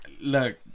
Look